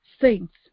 saints